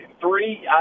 three